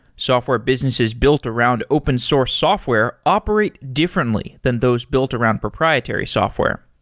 software businesses built around open source software operate differently than those built around proprietary software.